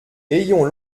ayons